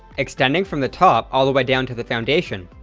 extending from the top all the way down to the foundation,